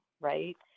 right